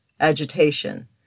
agitation